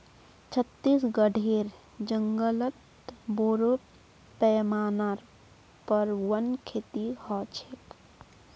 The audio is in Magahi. छत्तीसगढेर जंगलत बोरो पैमानार पर वन खेती ह छेक